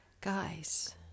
guys